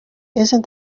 isn’t